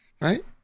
Right